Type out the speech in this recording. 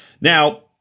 Now